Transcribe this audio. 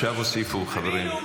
מיקי, עכשיו הוסיפו חברים.